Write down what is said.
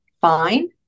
fine